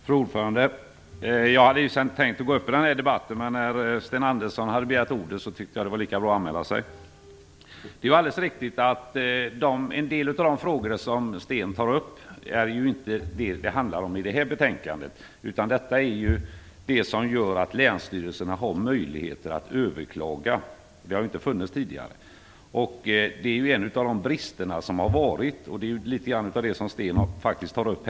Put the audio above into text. Fru talman! Jag hade inte tänkt gå upp i debatten, men när Sten Andersson hade begärt ordet tyckte jag att det var lika bra att jag anmälde mig. Det är alldeles riktigt att en del av de frågor som Sten Andersson tar upp inte behandlas i detta betänkande. Det är detta att länsstyrelserna har möjlighet att överklaga. Den möjligheten har inte funnits tidigare. Det har varit en brist, och det är bl.a. det som Sten Andersson tar upp.